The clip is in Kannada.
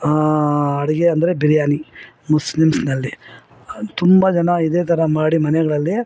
ಅಡುಗೆ ಅಂದರೆ ಬಿರಿಯಾನಿ ಮುಸ್ಲಿಮ್ಸ್ನಲ್ಲಿ ತುಂಬ ಜನ ಇದೇ ಥರ ಮಾಡಿ ಮನೆಗಳಲ್ಲಿ